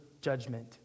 judgment